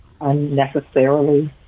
unnecessarily